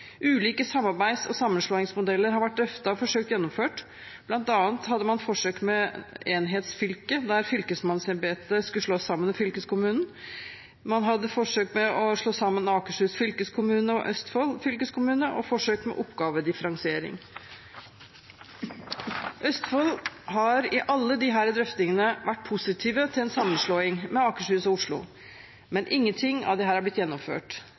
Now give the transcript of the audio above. Ulike samarbeids- og sammenslåingsmodeller har vært drøftet og forsøkt gjennomført, bl.a. forsøk med enhetsfylke der fylkesmannsembetet skulle slås sammen med fylkeskommunen i Østfold. Man hadde forsøk med å slå sammen Akershus fylkeskommune med Østfold fylkeskommune, og forsøk med oppgavedifferensiering. Østfold har i alle disse drøftingene vært positiv til en sammenslåing med Akershus og Oslo, men ingenting av dette har blitt gjennomført.